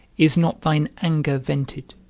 is not thine anger vented